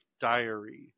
diary